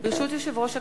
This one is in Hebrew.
ברשות יושב-ראש הכנסת,